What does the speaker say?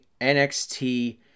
nxt